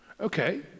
Okay